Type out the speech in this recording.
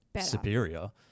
superior